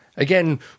Again